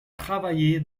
travailler